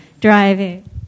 driving